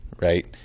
right